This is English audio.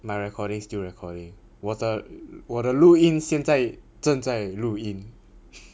my recording still recording 我的我的录音现在正在录音